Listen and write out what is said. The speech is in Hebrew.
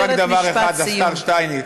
אז אני אבקש רק דבר אחד, השר שטייניץ.